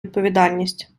відповідальність